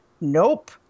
Nope